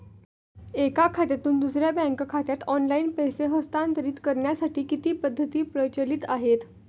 एका खात्यातून दुसऱ्या बँक खात्यात ऑनलाइन पैसे हस्तांतरित करण्यासाठी किती पद्धती प्रचलित आहेत?